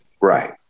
right